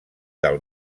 del